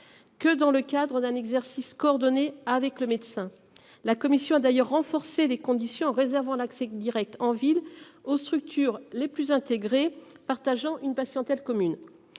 Que dans le cadre d'un exercice coordonné avec le médecin. La commission d'ailleurs renforcer les conditions en réservant l'accès Direct en ville aux structures les plus intégrés partageant une passion telle commune.